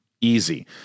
easy